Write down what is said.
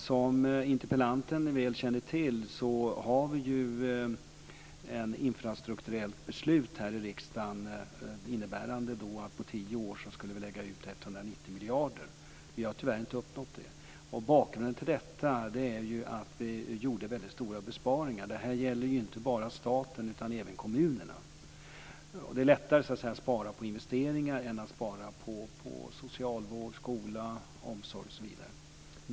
Som interpellanten väl känner till har vi ett infrastrukturellt beslut här i riksdagen som innebär att på tio år ska vi lägga ut 190 miljarder kronor. Vi har tyvärr inte uppnått det. Bakgrunden till detta är att vi gjorde väldigt stora besparingar. Detta gäller ju inte bara staten utan även kommunerna. Det är lättare att spara på investeringar än att spara på socialvård, skola, omsorg osv.